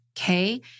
okay